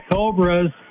Cobras